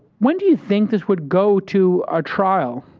when do you think this would go to a trial?